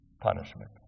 punishment